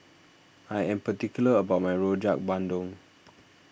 I am particular about my Rojak Bandung